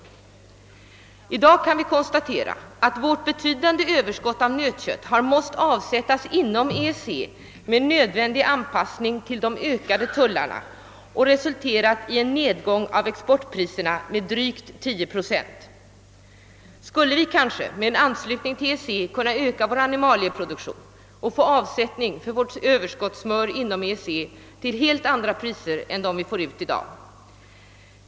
Vi kan i dag konstatera att vårt betydande överskott av nötkött har måst avsättas inom EEC med nödvändig anpassning till de ökade tullarna och resulterat i en nedgång i exportpriserna med drygt 10 procent. Skulle vi kanske genom en anslutning till EEC kunna öka vår animalieproduktion och få avsättning för vårt överskott av smör inom EEC till helt andra priser än dem vi får ut i dag?